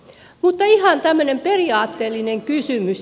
mutta ihan tämmöinen periaatteellinen kysymys